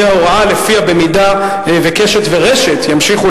והיא ההוראה שלפיה אם "קשת" ו"רשת" ימשיכו